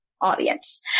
audience